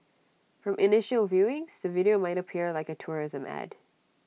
from initial viewings the video might appear like A tourism Ad